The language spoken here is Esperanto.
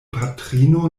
patrino